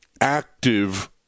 active